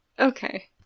Okay